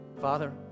father